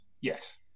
Yes